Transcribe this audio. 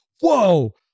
Whoa